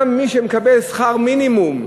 גם מי שמקבל שכר מינימום,